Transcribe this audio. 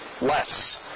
less